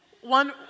One